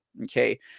okay